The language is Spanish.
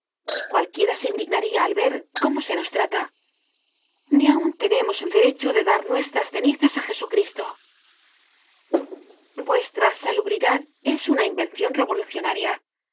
cualquiera se indignaría al ver cómo se nos trata ni aun tenemos el derecho de dar nuestras cenizasá jesucristo vuestra salubridad es una invencion revolucionaria